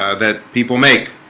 ah that people make